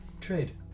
Trade